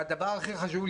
והדבר הכי חשוב,